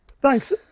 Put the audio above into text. Thanks